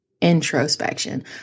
introspection